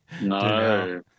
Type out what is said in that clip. No